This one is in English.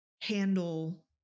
handle